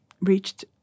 reached